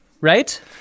right